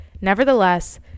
Nevertheless